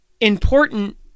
important